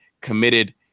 committed